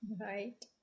Right